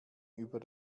über